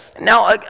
Now